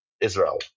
Israel